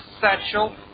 Satchel